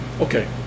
Okay